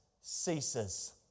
ceases